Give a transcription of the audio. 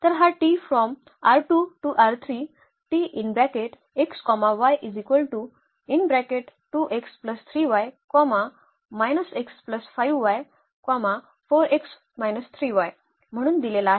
तर हा म्हणून दिलेला आहे